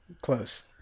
Close